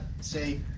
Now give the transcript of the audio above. say